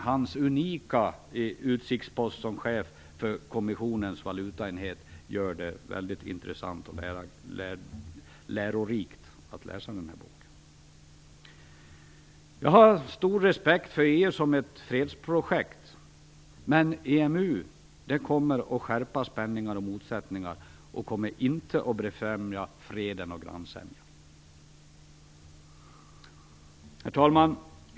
Hans unika utsiktspost som chef för kommissionens valutaenhet gör att det är väldigt intressant och lärorikt att läsa hans bok. Jag har stor respekt för EU som ett fredsprojekt, men EMU kommer att skärpa spänningarna och motsättningarna. EMU kommer inte att befrämja freden och grannsämjan. Herr talman!